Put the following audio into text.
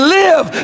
live